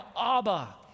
Abba